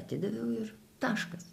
atidaviau ir taškas